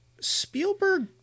Spielberg